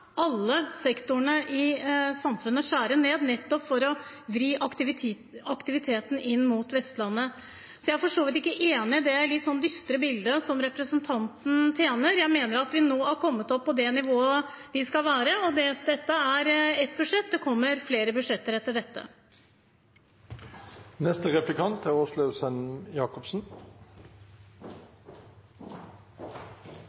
alle sektorene i samfunnet skjære ned, nettopp for å vri aktiviteten inn mot Vestlandet. Så jeg er for så vidt ikke enig i det litt dystre bildet som representanten tegner. Jeg mener vi har kommet opp på det nivået vi skal være, og dette er ett budsjett. Det kommer flere budsjetter etter